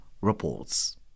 reports